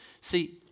See